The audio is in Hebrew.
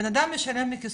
בן אדם משלם מכיסו.